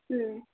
ಹ್ಞೂ